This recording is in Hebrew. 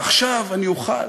ועכשיו אני אוכל